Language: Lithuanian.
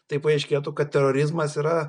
tai paaiškėtų kad terorizmas yra